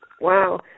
Wow